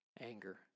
anger